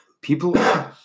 people